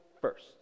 first